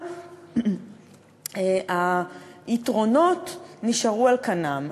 אבל היתרונות נשארו על כנם.